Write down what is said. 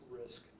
risk